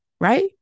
right